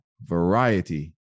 variety